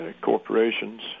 corporations